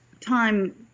time